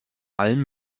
allem